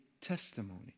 Testimony